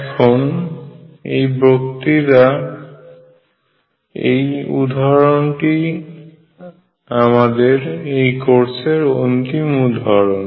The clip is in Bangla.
এখন এই বক্তৃতার এই উদাহরণটি আমাদের এই কোর্সের অন্তিম উদাহরণ